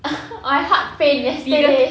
ugh my heart pain yesterday